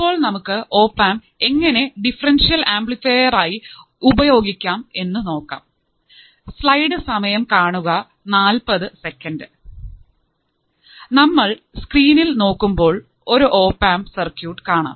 ഇപ്പോൾ നമുക്ക് ഓപ്ആമ്പ് എങ്ങനെ ഡിഫറെൻഷ്യൽ ആംപ്ലിഫയർ ആയി ഉപയോഗിക്കാം എന്നു നോക്കാം സ്ലൈഡ് സമയം കാണുക 0040 നമ്മൾ സ്ക്രീനിൽ നോക്കുമ്പോൾ ഒരു ഓപ്ആമ്പ് സർക്യൂട്ട് കാണാം